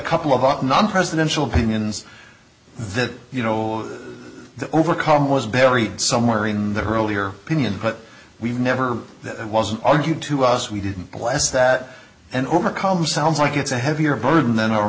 couple of hot non presidential opinions that you know that overcome was buried somewhere in the earlier opinion but we've never that wasn't argued to us we didn't last that and overcome sounds like it's a heavier burden than a